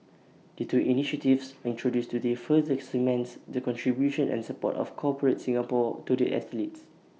the two initiatives introduced today further cements the contribution and support of corporate Singapore to the athletes